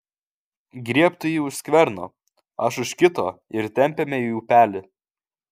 griebk tu jį už skverno aš už kito ir tempiame į upelį